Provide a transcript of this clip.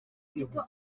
gito